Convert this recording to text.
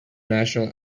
national